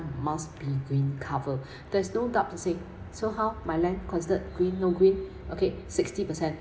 must be green cover there is no doubt to say so how my land considered green no green okay sixty percent